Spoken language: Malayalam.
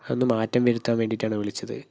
അതൊന്ന് മാറ്റം വരുത്താൻ വേണ്ടിയിട്ടാണ് വിളിച്ചത്